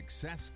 Success